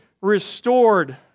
restored